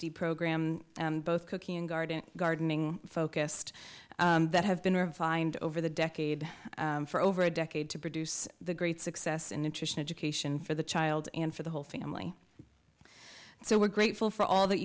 d program both cookie and garden gardening focused that have been refined over the decade for over a decade to produce the great success in nutrition education for the child and for the whole family so we're grateful for all that